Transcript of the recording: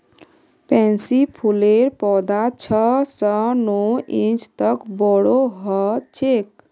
pansy फूलेर पौधा छह स नौ इंच तक बोरो ह छेक